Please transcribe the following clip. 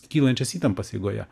kylančias įtampas eigoje